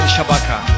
Shabaka